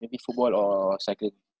maybe football or cycling